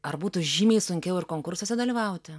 ar būtų žymiai sunkiau ir konkursuose dalyvauti